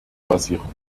basieren